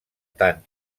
tant